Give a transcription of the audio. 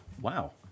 Wow